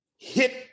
Hit